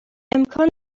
امکان